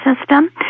system